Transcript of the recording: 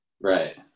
right